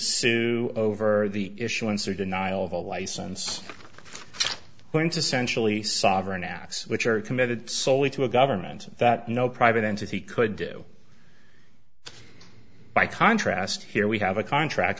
sue over the issuance or denial of a license went to centrally sovereign acts which are committed solely to a government that no private entity could do by contrast here we have a contract